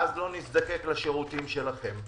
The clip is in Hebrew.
ואז לא נזדקק לשירותים שלכם,